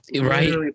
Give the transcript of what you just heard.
Right